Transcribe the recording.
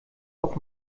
auf